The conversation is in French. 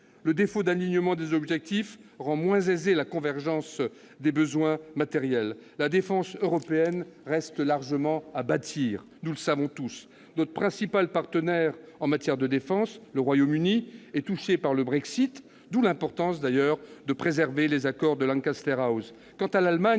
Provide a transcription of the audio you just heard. Le défaut d'alignement des objectifs rend moins aisée la convergence des besoins matériels. La défense européenne reste largement à bâtir, nous le savons tous. Notre principal partenaire en matière de défense, le Royaume-Uni, est touché par le Brexit, d'où l'importance de préserver les accords de Lancaster House.